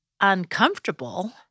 uncomfortable